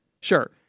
Sure